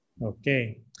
Okay